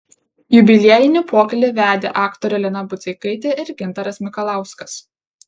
jubiliejinį pokylį vedė aktorė lina budzeikaitė ir gintaras mikalauskas